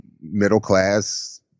middle-class